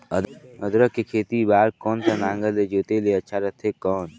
अदरक के खेती बार कोन सा नागर ले जोते ले अच्छा रथे कौन?